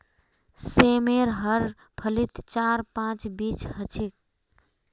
सेमेर हर फलीत चार पांच बीज ह छेक